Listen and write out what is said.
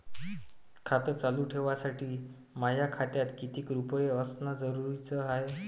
खातं चालू ठेवासाठी माया खात्यात कितीक रुपये असनं जरुरीच हाय?